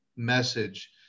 message